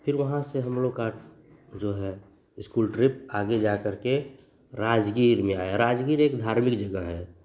फिर वहाँ से हमलोग का जो है इस्कूल ट्रिप आगे जा करके राजगीर में आया राजगीर एक धार्मिक जगह है